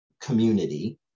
community